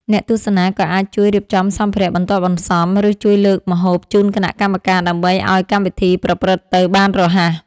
អ្នកទស្សនាក៏អាចជួយរៀបចំសម្ភារៈបន្ទាប់បន្សំ ឬជួយលើកម្ហូបជូនគណៈកម្មការ ដើម្បីឱ្យកម្មវិធីប្រព្រឹត្តទៅបានរហ័ស។